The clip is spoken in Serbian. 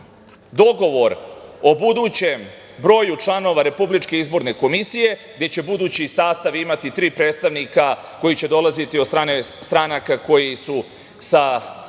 dogovor o budućem broju članova RIK-a, gde će budući sastav imati tri predstavnika koji će dolaziti od strane stranaka koje su sa